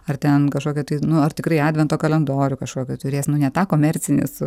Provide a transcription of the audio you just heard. ar ten kažkokį tai nu ar tikrai advento kalendorių kažkokį turės nu ne tą komercinį su